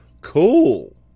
Cool